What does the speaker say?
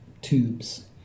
tubes